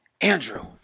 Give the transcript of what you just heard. Andrew